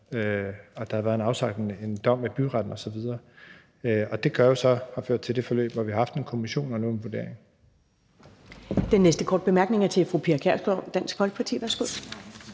for at der har været afsagt en dom i byretten osv. Det har jo så ført til det forløb, hvor vi har haft en kommission og nu en vurdering.